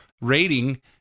rating